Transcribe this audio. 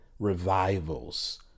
Revivals